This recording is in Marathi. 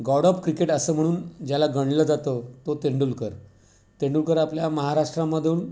गॉड ऑफ क्रिकेट असं म्हणून ज्याला गणलं जातं तो तेंडुलकर तेंडुलकर आपल्या महाराष्ट्रामदून